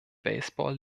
baseball